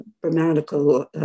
grammatical